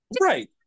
Right